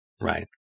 right